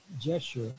gesture